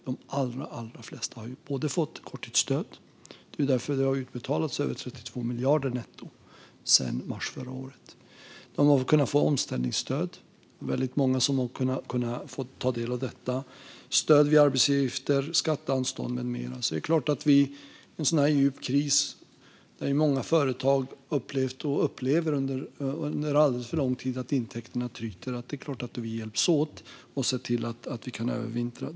De allra flesta har fått korttidsstöd; över 32 miljarder netto har utbetalats sedan mars förra året. Väldigt många har kunnat ta del av omställningsstöd, liksom av stöd när det gäller arbetsgivaravgifter, skatteanstånd med mera. Under en sådan här djup kris, där många företag under alldeles för lång tid upplevt och upplever att intäkterna tryter, är det klart att vi hjälps åt och ser till att man kan övervintra.